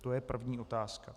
To je první otázka.